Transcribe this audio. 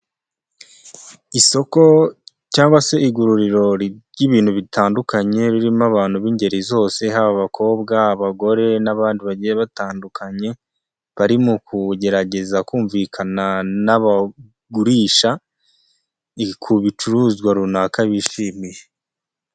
Isoko cyangwa se iguriro ry'ibintu bitandukanye, ririmo abantu b'ingeri zose haba abakobwa, abagore n'abandi bagiye batandukanye, bari mu kugerageza kumvikana n'abagurisha ku bicuruzwa runaka bishimiye.